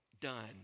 done